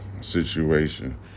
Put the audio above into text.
situation